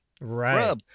Right